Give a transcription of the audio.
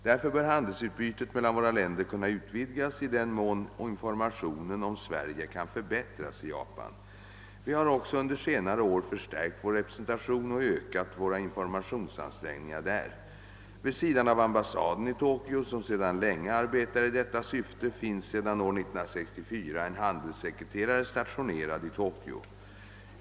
Därför bör handelsutbytet mellan våra länder kunna utvidgas i den mån informationen om Sverige kan förbättras i Japan. Vi har också under senare år förstärkt vår representation och ökat våra informationsansträngningar där. Vid sidan av ambassaden i Tokyo, som sedan länge arbetar i detta syfte, finns sedan år 1964 en handelssekreterare stationerad i Tokyo.